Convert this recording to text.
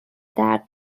درد